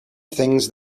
things